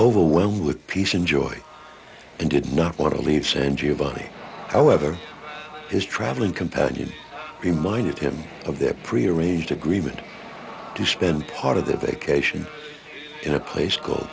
overwhelmed with peace and joy and did not want to leave san giovanni however his traveling companion reminded him of their pre arranged agreement to spend part of their vacation in a place called